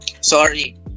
Sorry